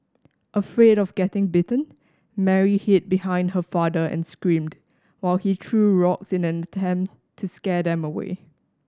afraid of getting bitten Mary hid behind her father and screamed while he threw rocks in an attempt to scare them away